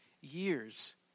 years